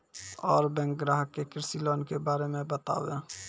और बैंक ग्राहक के कृषि लोन के बारे मे बातेबे?